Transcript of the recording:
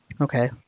Okay